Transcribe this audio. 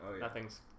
Nothing's